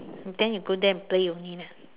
then you go there and play only lah